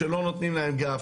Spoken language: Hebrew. שלא נותנים להם גב.